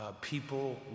People